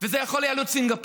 וזה יכול היה להיות סינגפור.